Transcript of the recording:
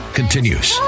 continues